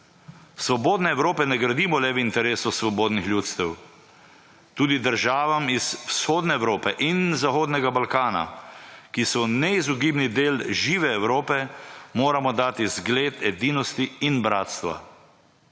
Svobodne Evrope ne gradimo le v interesu svobodnih ljudstev. Tudi državam iz vzhodne Evrope in zahodnega Balkana, ki so neizogibni del žive Evrope, moramo dati zgled edinosti in bratstva.